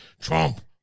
trump